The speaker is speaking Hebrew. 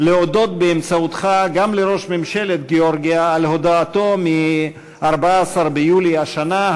להודות באמצעותך גם לראש ממשלת גאורגיה על הודעתו מ-14 ביולי השנה,